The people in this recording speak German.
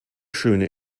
schöne